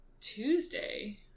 Tuesday